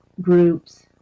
groups